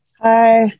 Hi